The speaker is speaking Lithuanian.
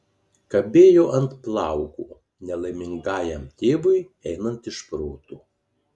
kabėjo ant plauko nelaimingajam tėvui einant iš proto